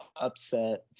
upset